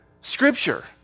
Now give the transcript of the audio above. scripture